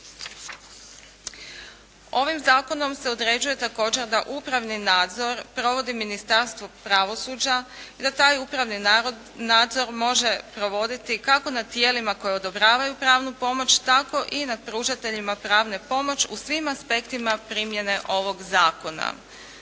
Ovim zakonom se određuje također da upravni nadzor provodi Ministarstvo pravosuđa i da taj upravni nadzor može provoditi kako nad tijelima koja odobravaju pravnu pomoć, tako i nad pružateljima pravne pomoći u svim aspektima primjene ovog zakona.